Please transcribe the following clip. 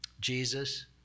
Jesus